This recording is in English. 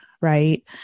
right